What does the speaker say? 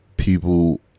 people